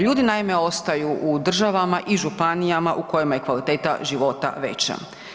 Ljudi naime ostaju u državama i županijama u kojima je kvaliteta života veža.